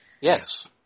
Yes